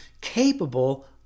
capable